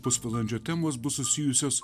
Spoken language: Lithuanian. pusvalandžio temos bus susijusios